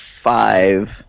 five